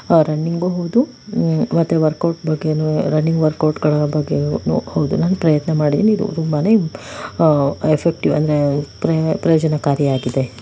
ರನ್ನಿಂಗೂ ಹೌದು ಮತ್ತು ವರ್ಕೌಟ್ ಬಗ್ಗೆಯೂ ರನ್ನಿಂಗ್ ವರ್ಕೌಟ್ಗಳ ಬಗ್ಗೆಯೂ ಹೌದು ನಾನು ಪ್ರಯತ್ನ ಮಾಡಿದ್ದೀನಿ ಇದು ತುಂಬ ಎಫೆಕ್ಟಿವ್ ಅಂದರೆ ಪ್ರಯೋಜನಕಾರಿಯಾಗಿದೆ